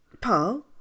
Paul